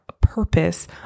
purpose